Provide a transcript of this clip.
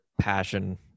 passion